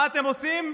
מה אתם עושים?